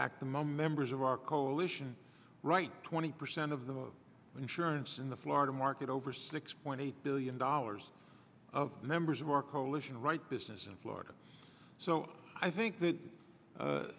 fact the my members of our coalition right twenty percent of the durance in the florida market over six point eight billion dollars of members of our coalition write business in florida so i think that